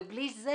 ובלי זה,